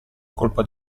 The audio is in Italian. colpa